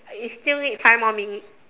you still need five more minutes